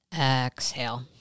Exhale